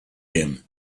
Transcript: him